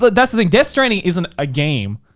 but that's the thing, death stranding isn't a game.